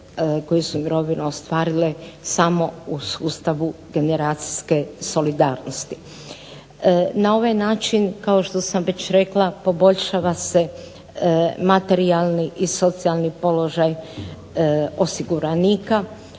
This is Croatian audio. koje su mirovinu ostvarile samo u sustavu generacijske solidarnosti. Na ovaj način kao što sam već rekla poboljšava se materijalni i socijalni položaj osiguranika.